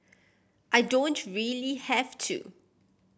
I don't really have to